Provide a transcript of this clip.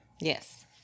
Yes